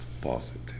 positive